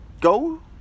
go